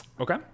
Okay